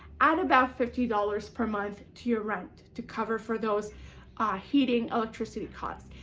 add about fifty dollars per month to your rent to cover for those heating electricity costs.